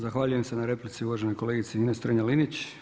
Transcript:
Zahvaljujem se na replici uvaženoj kolegici Ines Strenja-Linić.